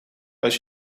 als